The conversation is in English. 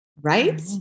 Right